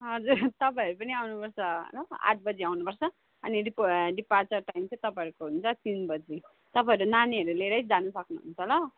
हजुर तपाईँहरू पनि आउनुपर्छ ल आठबजी आउनुपर्छ अनि डिपा डिपार्चर टाइम चाहिँ तपाईँहरूको हुन्छ तिन बजी तपाईँहरू नानीहरू लिएरै जानु सक्नुहुन्छ ल